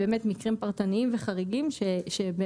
מדובר רק במקרים פרטניים וחריגים שהם